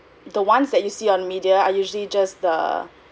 the ones that you see on media are usually just the